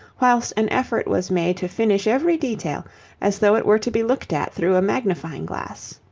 whilst an effort was made to finish every detail as though it were to be looked at through a magnifying glass.